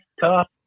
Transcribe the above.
tough